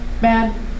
bad